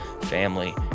family